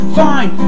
fine